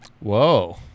whoa